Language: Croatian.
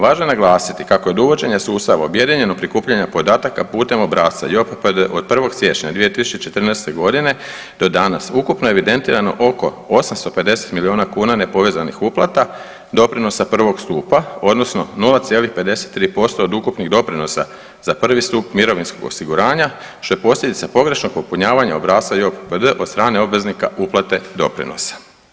Važno je naglasiti kako je od uvođenje sustava objedinjeno prikupljanje podataka putem obrasca JOPPD od 1. siječnja 2014. do danas ukupno evidentirano oko 850 milijuna kuna nepovezanih uplata doprinosa prvog stupa odnosno 0,53% od ukupnih doprinosa za prvi stup mirovinskog osiguranja, što je posljedica pogrešnog popunjavanja obrasca JOPPD od strane obveznika uplate doprinosa.